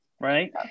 right